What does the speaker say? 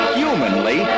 humanly